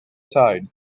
tide